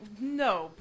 no